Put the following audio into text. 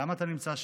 למה אתה נמצא שם?